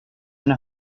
ana